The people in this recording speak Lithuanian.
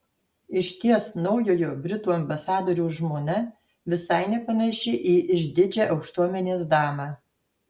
išties naujojo britų ambasadoriaus žmona visai nepanaši į išdidžią aukštuomenės damą